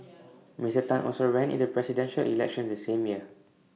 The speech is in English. Mister Tan also ran in the Presidential Elections the same year